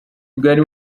bwari